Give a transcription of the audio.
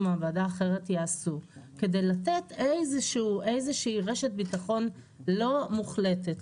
מעבדה אחרת יעשו כדי לתת איזו שהיא רשת בטחון לא מוחלטת,